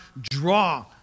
draw